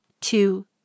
two